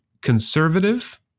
conservative